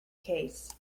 case